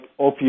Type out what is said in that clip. opioids